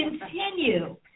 continue